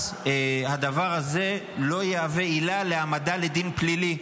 אז הדבר הזה לא יהווה עילה להעמדה לדין פלילי.